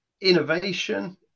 innovation